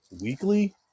weekly